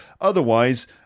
Otherwise